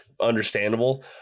Understandable